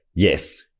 Yes